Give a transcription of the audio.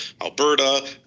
Alberta